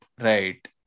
Right